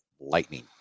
lightning